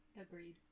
Agreed